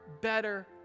better